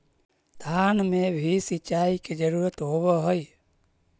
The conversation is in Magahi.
धान मे भी सिंचाई के जरूरत होब्हय?